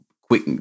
quick